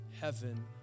heaven